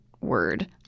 word